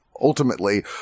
ultimately